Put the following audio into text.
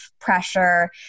pressure